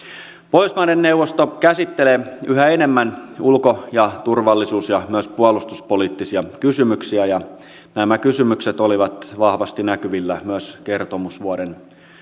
pohjoismaiden neuvosto käsittelee yhä enemmän ulko ja turvallisuus ja myös puolustuspoliittisia kysymyksiä ja nämä kysymykset olivat vahvasti näkyvillä myös kertomusvuoden